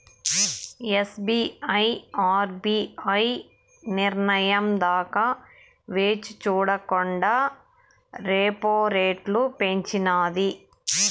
SBI RBI నిర్నయం దాకా వేచిచూడకండా రెపో రెట్లు పెంచినాది